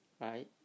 right